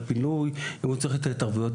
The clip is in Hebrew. צורך בפינוי למשל או באיזה שהן התערבויות.